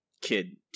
kid